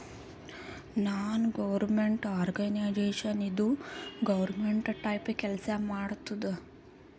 ನಾನ್ government organisation ಇದು government type ಕೆಲ್ಸಾ ಮಾಡತ್ತುದ್